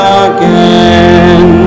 again